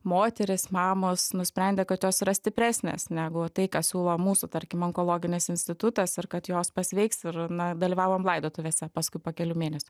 moterys mamos nusprendė kad jos yra stipresnės negu tai ką siūlo mūsų tarkim onkologinis institutas ir kad jos pasveiks ir na dalyvavom laidotuvėse paskui po kelių mėnesių